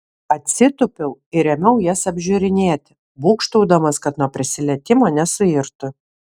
atsitūpiau ir ėmiau jas apžiūrinėti būgštaudamas kad nuo prisilietimo nesuirtų